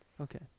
Okay